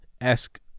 esque